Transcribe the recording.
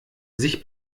sich